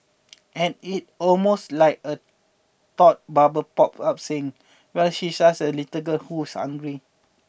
and it almost like a thought bubble pops up saying well she's just a little girl who's hungry